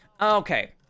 Okay